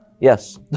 yes